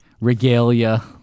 regalia